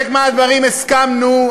על חלק מהדברים הסכמנו,